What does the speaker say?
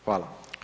Hvala.